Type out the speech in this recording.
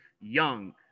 young